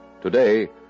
Today